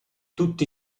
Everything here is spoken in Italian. tutti